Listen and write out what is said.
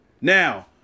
Now